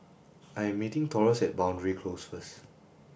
I am meeting Taurus at Boundary Close first